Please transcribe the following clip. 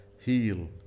heal